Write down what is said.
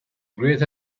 great